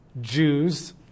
Jews